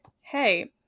Hey